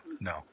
no